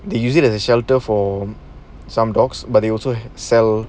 they use it as a shelter for some dogs but they also sell